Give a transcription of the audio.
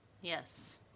Yes